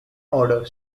order